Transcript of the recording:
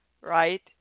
right